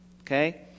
Okay